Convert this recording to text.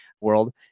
world